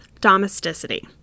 domesticity